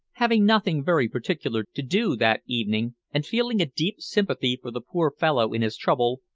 having nothing very particular to do that evening, and feeling a deep sympathy for the poor fellow in his trouble,